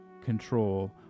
control